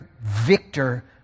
victor